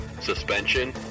suspension